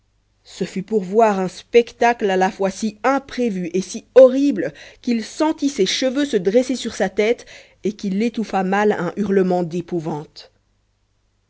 ce fut pour voir un spectacle à la fois si imprévu et si horrible qu'il sentit ses cheveux se dresser sur sa tête et qu'il étouffa mal un hurlement d'épouvanté